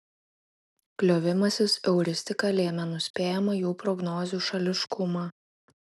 kliovimasis euristika lėmė nuspėjamą jų prognozių šališkumą